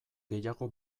gehiago